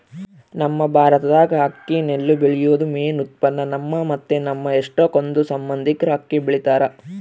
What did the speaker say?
ನಮ್ ಭಾರತ್ದಾಗ ಅಕ್ಕಿ ನೆಲ್ಲು ಬೆಳ್ಯೇದು ಮೇನ್ ಉತ್ಪನ್ನ, ನಮ್ಮ ಮತ್ತೆ ನಮ್ ಎಷ್ಟಕೊಂದ್ ಸಂಬಂದಿಕ್ರು ಅಕ್ಕಿ ಬೆಳಿತಾರ